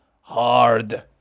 Hard